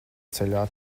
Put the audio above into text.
ceļā